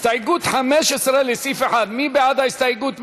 הסתייגות 15 לסעיף 1, מי בעד ההסתייגות?